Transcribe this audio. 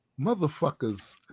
Motherfuckers